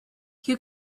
you